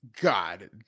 god